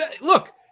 Look